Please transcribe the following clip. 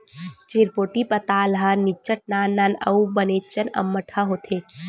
चिरपोटी पताल ह निच्चट नान नान अउ बनेचपन अम्मटहा होथे